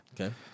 okay